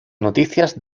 noticias